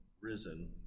risen